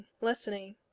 listening